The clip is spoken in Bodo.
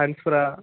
साइन्सफोरा